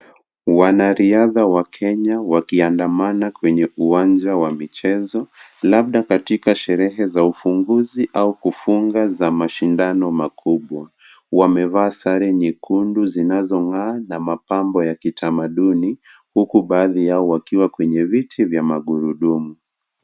Wanariadha wa Kenya wakiandamana kwenye uwanja wa michezo, labda katika sherehe za ufunguzi au kufunga za mashindano makubwa. Wamevaa sare nyekundu zinazong’aa na mapambo ya kitamaduni, huku baadhi yao wakiwa kwenye viti vya magurudumu.